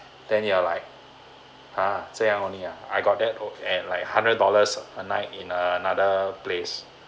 then you are like ha 这样 only ah I got that oh and like hundred dollars a night in another place